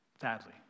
Sadly